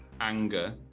anger